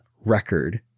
record